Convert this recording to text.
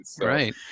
Right